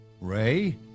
Ray